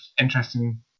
interesting